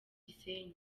gisenyi